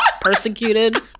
persecuted